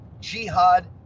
Jihad